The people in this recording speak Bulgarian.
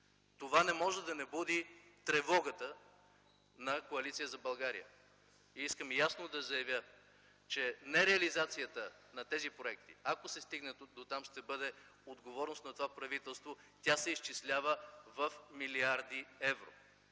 Това не може да не буди тревогата на Коалиция за България. Искам ясно да заявя, че нереализацията на тези проекти, ако се стигне дотам, ще бъде отговорност на това правителство. Тя се изчислява в милиарди евро